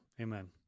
Amen